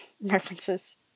references